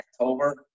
October